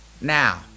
Now